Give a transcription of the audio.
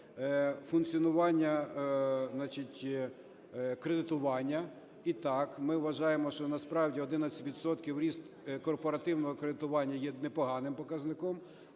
функціонування, значить, кредитування. І так ми вважаємо, що насправді 11 відсотків ріст корпоративного кредитування є непоганим показником.